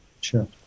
Sure